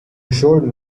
assured